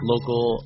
Local